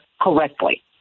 correctly